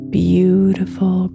beautiful